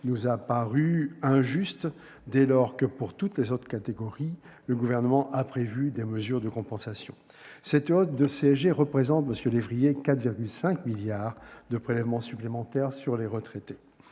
nous a paru injuste dès lors que, pour toutes les autres catégories, le Gouvernement a prévu des mesures de compensation. Cette hausse de CSG représente, monsieur Lévrier, 4,5 milliards d'euros de prélèvements supplémentaires sur les retraités.